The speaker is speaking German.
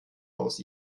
aus